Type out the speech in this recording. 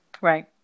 Right